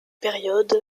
période